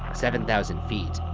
seven thousand feet,